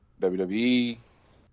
WWE